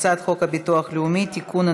הצעת חוק הביטוח הלאומי (תיקון,